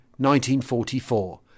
1944